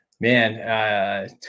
man